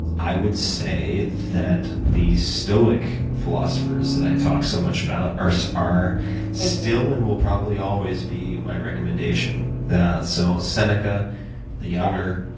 i would say that the stoic philosophers that i talk so much about are so are still and will probably always be my recommendation. so seneca the younger,